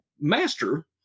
Master